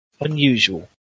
Unusual